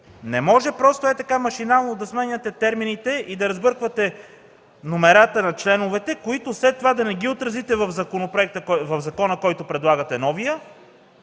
Не може просто, ето така, машинално да сменяте термините и да разбърквате номерата на членовете, които след това да не отразите в новия закон, който предлагате, и